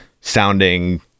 sounding